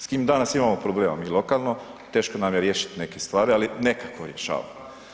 S kim danas imamo problema mi lokalno, teško nam je riješiti neke stvari, ali nekako rješavamo.